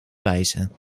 wijze